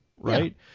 right